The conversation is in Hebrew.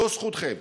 לא זכותכם,